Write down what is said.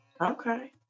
Okay